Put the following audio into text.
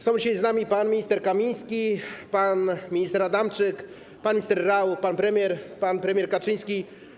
Są dzisiaj z nami pan minister Kamiński, pan minister Adamczyk, pan minister Rau, pan premier, pan premier Kaczyński.